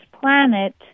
planet